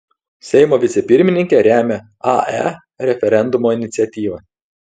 seimo vicepirmininkė remia ae referendumo iniciatyvą